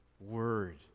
word